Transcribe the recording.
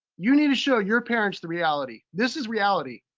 you need to show your parents the reality. this is reality.